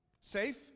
Safe